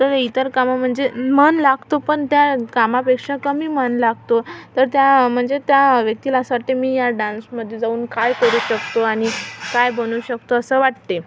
तर इतर कामं म्हणजे मन लागतो पण त्या कामापेक्षा कमी मन लागतो तर त्या म्हणजे त्या व्यक्तीला असं वाटते मी या डान्समध्ये जाऊन काय करू शकतो आणि काय बनू शकतो असं वाटते